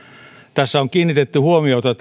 tässä on kiinnitetty huomiota